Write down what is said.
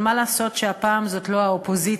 אבל מה לעשות שהפעם זאת לא האופוזיציה